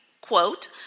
quote